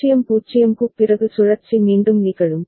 0 0 க்குப் பிறகு சுழற்சி மீண்டும் நிகழும்